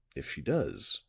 if she does